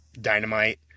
dynamite